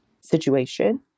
situation